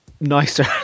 nicer